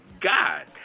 god